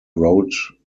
wrote